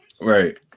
right